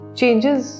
changes